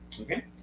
okay